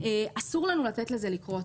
אסור לנו לתת לזה לקרות.